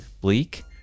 bleak